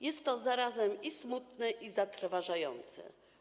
Jest to zarazem i smutne, i zatrważające.